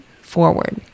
forward